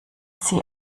sie